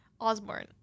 Osborne